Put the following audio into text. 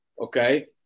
Okay